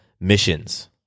missions